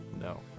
No